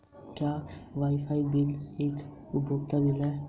क्या wifi bill एक उपयोगिता बिल है?